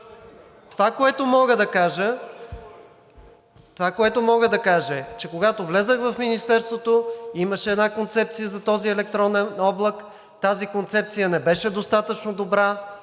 Това, което мога да кажа, е, че когато влязох в Министерството, имаше една концепция за този електронен облак. Тази концепция не беше достатъчно добра,